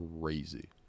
crazy